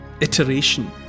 iteration